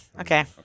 Okay